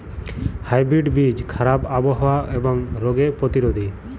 hybrid বীজ খারাপ আবহাওয়া এবং রোগে প্রতিরোধী